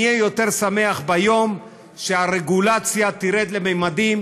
אני אהיה יותר שמח ביום שהרגולציה תרד לממדים